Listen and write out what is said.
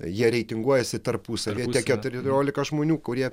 jie reitinguojasi tarpusavyje keturiolika žmonių kurie